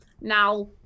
Now